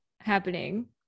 happening